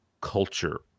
culture